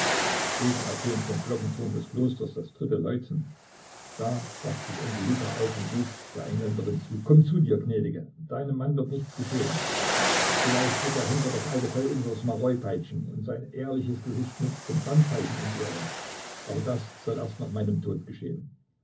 eben ertönt vom glockenturm des klosters das dritte läuten da rafft sich onkel luka auf und ruft der engländerin zu komm zu dir gnädige deinem manne wird nichts geschehen vielleicht wird der henker das alte fell unseres maroi peitschen und sein ehrliches gesicht mit dem brandzeichen entehren aber das soll erst nach meinem tode geschehen